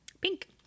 Pink